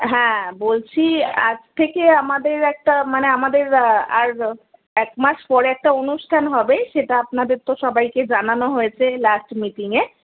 হ্যাঁ বলছি আজ থেকে আমাদের একটা মানে আমাদের আর একমাস পরে একটা অনুষ্ঠান হবে সেটা আপনাদের তো সবাইকে জানানো হয়েছে লাস্ট মিটিঙে